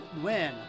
win